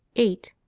eight.